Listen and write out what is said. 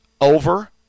over